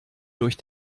durch